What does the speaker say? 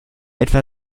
etwa